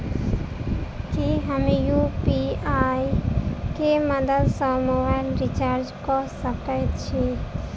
की हम यु.पी.आई केँ मदद सँ मोबाइल रीचार्ज कऽ सकैत छी?